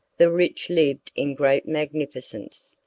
the rich lived in great magnificence,